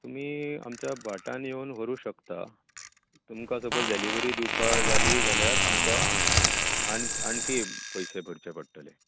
तुमी आमच्या भाटान येवन व्हरूंक शकतात तुमकां सपोज डॅलिवरी दिवपा जाली जाल्यार तुमकां आणक् आणकी पयशे भरचे पडटले